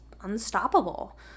unstoppable